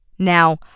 Now